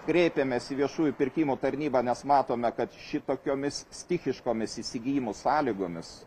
kreipėmės į viešųjų pirkimų tarnybą nes matome kad šitokiomis stichiškomis įsigijimų sąlygomis